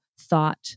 thought